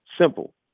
simple